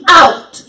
out